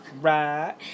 Right